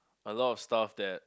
a lot of stuff that